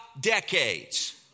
decades